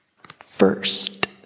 first